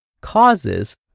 causes